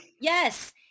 Yes